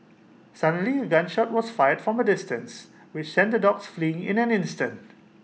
suddenly A gun shot was fired from A distance which sent the dogs fleeing in an instant